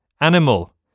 animal